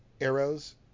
arrows